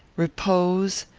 repose,